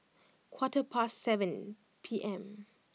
quarter past seven P M